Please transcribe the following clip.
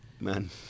man